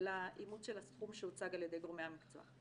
כללה אימות של הסכום שהוצג על ידי גורמי המקצוע.